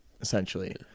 essentially